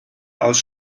aus